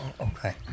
okay